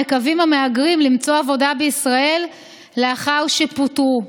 המהגרים מקווים למצוא עבודה בישראל לאחר שפוטרו.